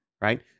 right